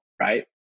right